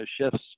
shifts